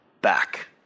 back